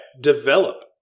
develop